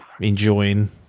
enjoying